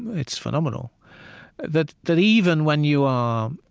it's phenomenal that that even when you are,